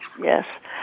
Yes